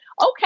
okay